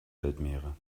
weltmeere